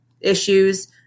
issues